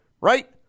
right